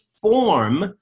form